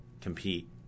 compete